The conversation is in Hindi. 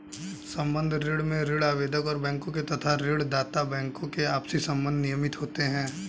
संबद्ध ऋण में ऋण आवेदक और बैंकों के तथा ऋण दाता बैंकों के आपसी संबंध नियमित होते हैं